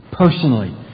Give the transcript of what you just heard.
Personally